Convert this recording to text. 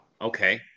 Okay